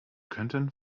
könnten